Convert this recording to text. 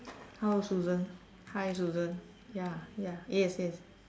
hello Susan hi Susan ya ya yes yes